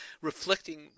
reflecting –